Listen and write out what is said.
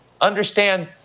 understand